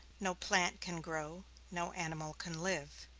no plant can grow no animal can live.